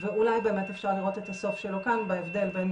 ואולי אפשר לראות את הסוף שלו כאן בהבדל בין